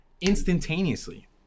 instantaneously